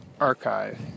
Archive